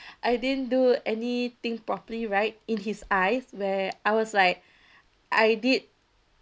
I didn't do anything properly right in his eyes where I was like I did